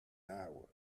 hour